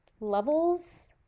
levels